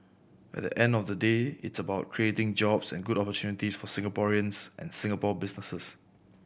at the end of the day it's about creating jobs and good opportunity for Singaporeans and Singapore businesses